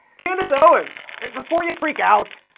candace owens! and before you freak out.